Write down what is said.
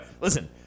Listen